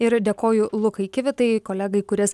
ir dėkoju lukai kivitai kolegai kuris